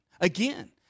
Again